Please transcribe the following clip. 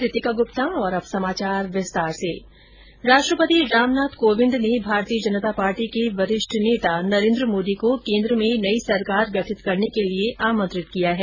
राष्ट्रपति रामनाथ कोविंद ने भारतीय जनता पार्टी के वरिष्ठ नेता नरेन्द्र मोदी को केन्द्र में नई सरकार गठित करने के लिए आमंत्रित किया है